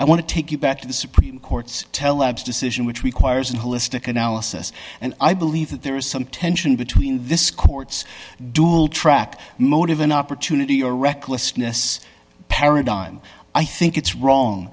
i want to take you back to the supreme court's tellabs decision which requires a holistic analysis and i believe that there is some tension between this court's dual track motive an opportunity or recklessness paradigm i think it's wrong